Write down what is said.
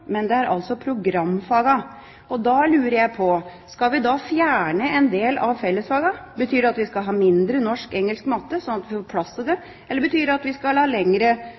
men det er programfagene. Da lurer jeg på: Skal vi fjerne en del av fellesfagene? Betyr det at vi skal ha mindre norsk, engelsk og matte, sånn at vi får plass til det? Eller betyr det at vi skal ha lengre